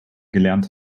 gelernt